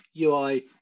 UI